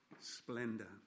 splendor